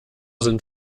sind